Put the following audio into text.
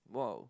!wow!